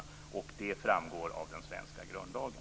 Det framgår av den svenska grundlagen.